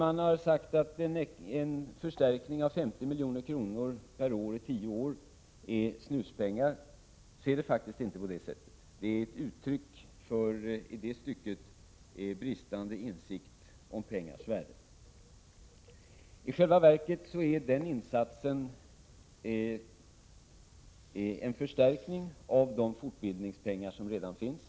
Det har sagts att en förstärkning på 50 milj.kr. per år i tio år är snuspengar, men det är faktiskt inte så. Ett sådant uttalande är ett uttryck för en i det stycket bristande insikt om pengars värde. I själva verket innebär denna insats en förstärkning av de fortbildningspengar som redan finns.